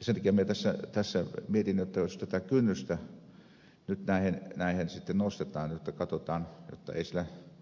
sen takia minä tässä mietin että jos tätä kynnystä nyt näihin nostetaan jotta katsotaan jotta